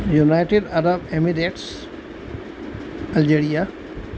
United Arab Emirates Algeria